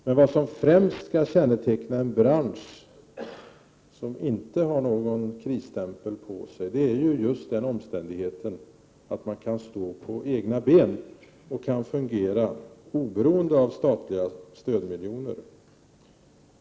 Men vad som främst skall känneteckna en bransch som inte har någon krisstämpel på sig är just den omständigheten att man kan stå på egna ben och fungera oberoende av statliga stödmiljoner.